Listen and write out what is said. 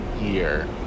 year